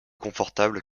confortables